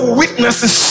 witnesses